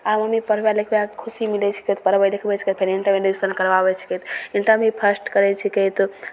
आओर मम्मीके पढ़बै लिखबैके खुशी मिलै छिकै तऽ पढ़बै लिखबै छिकै फेर इण्टरमे एडमिशन करबाबै छिकै तऽ इण्टरमे भी फस्र्ट करै छिकै तऽ